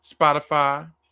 Spotify